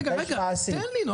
רגע, תן לי.